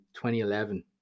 2011